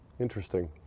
Interesting